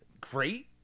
Great